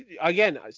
again